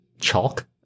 Chalk